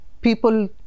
people